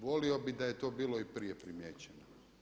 Volio bih da je to bilo i prije primijećeno.